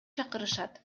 чакырышат